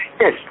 yes